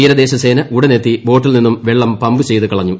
തീരദേശസേന ഉടൻ എത്തി ബോട്ടിൽ നിന്നും വെള്ളം പമ്പ് ചെയ്ത് കളഞ്ഞു